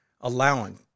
allowing